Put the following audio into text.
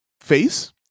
face